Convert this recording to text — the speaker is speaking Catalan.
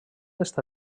està